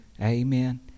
Amen